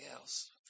else